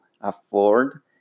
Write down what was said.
afford